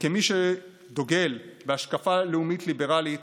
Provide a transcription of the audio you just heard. כמי שדוגל בהשקפה לאומית ליברלית